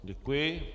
Děkuji.